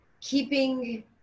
keeping